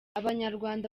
abanyarwanda